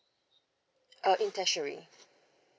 uh in treasury